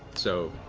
so.